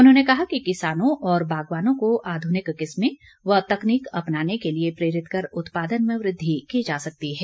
उन्होंने कहा कि किसानों और बागवानों को आधूनिक किस्में व तकनीक अपनाने के लिए प्रेरित कर उत्पादन में वृद्धि की जा सकती है